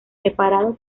preparado